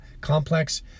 complex